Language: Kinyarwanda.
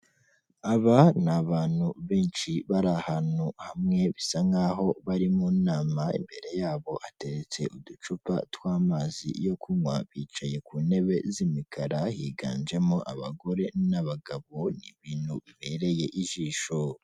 Aba ni abantu benshi bari ahantu hamwe bisa nk'aho bari mu nama, imbere yabo hateretse uducupa tw'amazi yo kunywa; bicaye ku ntebe z'imikara higanjemo abagore n'abagabo ni ibintu bibereye ijisho.